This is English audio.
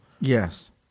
Yes